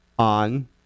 on